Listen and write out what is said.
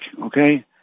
okay